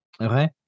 okay